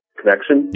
connection